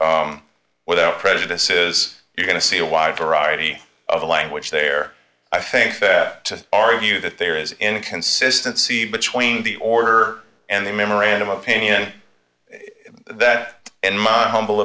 without prejudice is you're going to see a wide variety of language there i think that our view that there is inconsistency between the order and the memorandum of opinion that in my humble